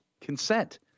consent